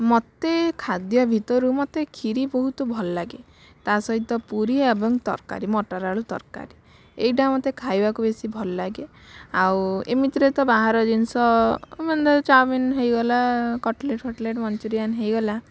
ମୋତେ ଖାଦ୍ୟ ଭିତରୁ ମୋତେ ଖିରି ବହୁତ ଭଲ ଲାଗେ ତା'ସହିତ ପୁରୀ ଏବଂ ତରକାରୀ ମଟର ଆଳୁ ତରକାରୀ ଏଇଟା ମୋତେ ଖାଇବାକୁ ବେଶୀ ଭଲ ଲାଗେ ଆଉ ଏମିତିରେ ତ ବାହାର ଜିନିଷ ମାନେ ଦେଖ ଚାଓମିନ୍ ହେଇଗଲା କଟଲେଟ୍ ଫଟଲେଟ୍ ମଞ୍ଚୁରିୟାନ୍ ହେଇଗଲା